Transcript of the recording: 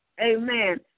Amen